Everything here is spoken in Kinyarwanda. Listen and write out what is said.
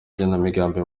igenamigambi